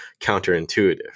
counterintuitive